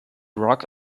rock